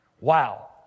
Wow